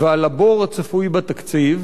ועל הבור הצפוי בתקציב,